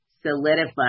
solidify